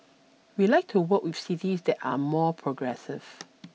we like to work with cities that are more progressive